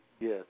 Yes